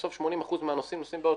בסוף 80% מהנוסעים נוסעים באוטובוס.